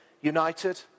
united